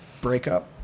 breakup